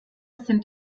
sind